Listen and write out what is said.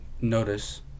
notice